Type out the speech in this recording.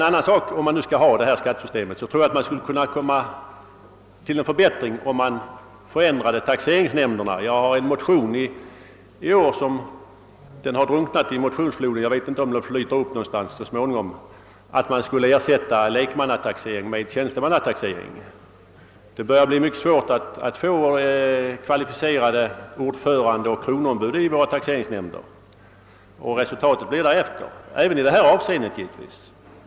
Skall man ha kvar detta skattesystem tror jag att man skulle kunna få en förbättring till stånd om taxeringsnämnderna ändrades. Jag har en motion i år som drunknat i motionsfloden, men så småningom flyter den kanske upp någonstans. Den går ut på att man skall ersätta lekmannataxering med tjänstemannataxering. Det börjar bli mycket svårt att få kvalificerade ordförande och kronoombud i våra taxeringsnämnder, och resultatet blir givetvis därefter även i det här avseendet.